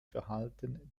verhalten